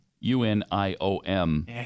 U-N-I-O-M